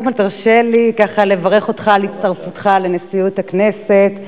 קודם כול תרשה לי לברך אותך על הצטרפותך לנשיאות הכנסת.